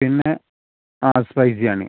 പിന്നെ ആ സ്പൈസി ആണ്